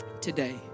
Today